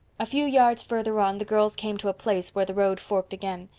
a few yards further on the girls came to a place where the road forked again.